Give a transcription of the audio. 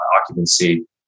occupancy